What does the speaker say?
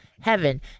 heaven